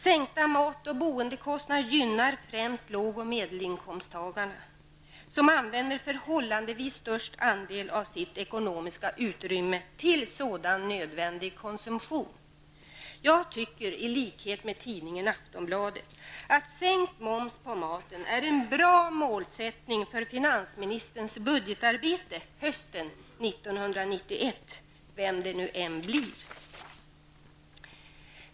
Sänka mat och boendekostnader gynnar främst låg och medelinkomsttagare, vilka använder förhållandevis störst andel av sitt ekonomiska utrymme till sådan nödvändig konsumtion. Jag tycker i likhet med tidningen Aftonbladet att sänkt moms på mat är en bra målsättning för finansministerns budgetarbete hösten 1991, vem det nu än blir.